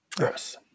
Yes